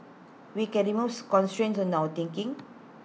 we can removes constraints on our thinking